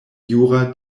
jura